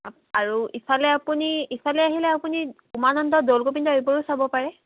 আৰু ইফালে আপুনি ইফালে আহিলে আপুনি উমানন্দ দৌল গোবিন্দ এইবোৰো চাব পাৰে